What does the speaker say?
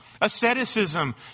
asceticism